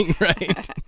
right